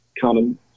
common